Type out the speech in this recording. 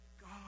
God